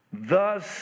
thus